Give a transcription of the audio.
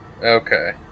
okay